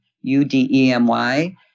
U-D-E-M-Y